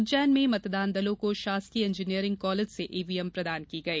उज्जैन में मतदान दलों को शासकीय इंजीनियरिंग कॉलेज से ईवीएम प्रदान की गई